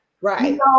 right